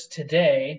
today